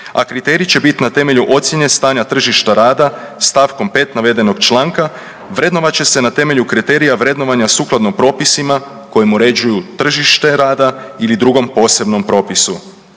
a kriterij će biti na temelju ocjene stanja tržišta rada st. 5. navedenog članka vrednovat će se na temelju kriterija vrednovanja sukladno propisima kojim uređuju tržište rada ili drugom posebnom propisu.